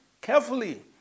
carefully